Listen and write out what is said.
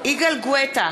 יגאל גואטה,